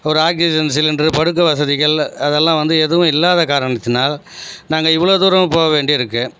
ஒரு oxygen cylinder படுக்க வசதிகள் அதெல்லாம் வந்து எதுவும் இல்லாத காரணத்தினால் நாங்கள் இவ்வளோ தூரம் போக வேண்டியிருக்குது